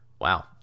Wow